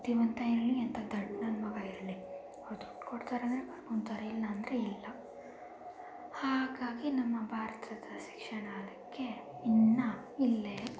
ಬುದ್ಧಿವಂತ ಇರಲಿ ಎಂಥಾ ದಡ್ಡ ನನ್ನ ಮಗ ಇರಲಿ ಅವು ದುಡ್ಡು ಕೊಡ್ತಾರೆ ಅಂದರೆ ಕರ್ಕೊತಾರೆ ಇಲ್ಲಾಂದರೆ ಇಲ್ಲ ಹಾಗಾಗಿ ನಮ್ಮ ಭಾರತದ ಶಿಕ್ಷಣ ಅದಕ್ಕೆ ಇನ್ನೂ ಇಲ್ಲೇ ಕೂತಿದೆ